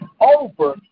over